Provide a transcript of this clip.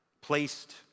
placed